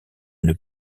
une